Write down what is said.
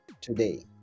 today